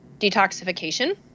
detoxification